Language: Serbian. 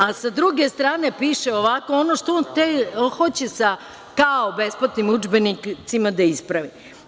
A sada druge strane piše ovako, ono što on hoće sa, kao besplatnim udžbenicima da ispravi.